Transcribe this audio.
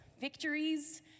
victories